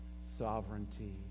sovereignty